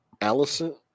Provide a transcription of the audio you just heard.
Allison